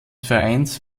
vereins